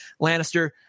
lannister